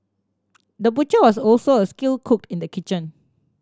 the butcher was also a skilled cook in the kitchen